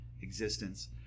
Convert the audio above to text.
existence